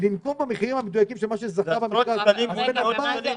לנקוב במחירים המדויקים של מה שזכה במכרז --- זה עשרות ומאות שקלים.